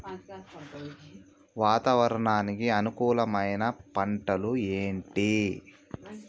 వాతావరణానికి అనుకూలమైన పంటలు ఏంటి?